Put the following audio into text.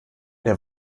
der